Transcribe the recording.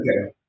Okay